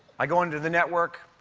i go into the network.